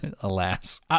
alas